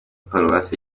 paruwasi